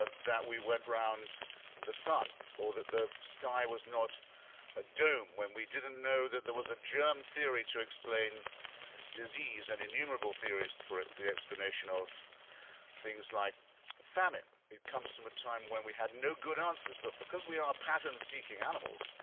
ah that we went around the sun or that the sky was not a dome, when we didn't know that there was a germ theory to explain disease, and innumerable theories for the explanation of things like famine. it comes from a time when we had no good answers, but because we are pattern-seeking animals,